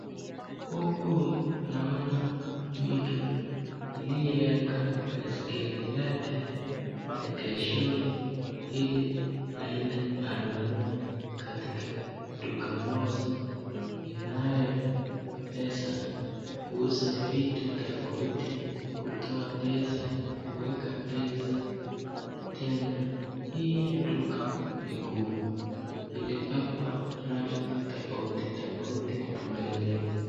Huku naona mtu aliyeeka baiskeli yake maegeshoni ili aende anunue katika duka moja inayoweza kuuza vitu tofauti kama kutoa pesa na kuweka pesa tena hii duka ni kubwa, ilipakwa rangi tofauti tofauti mbeleni.